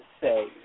say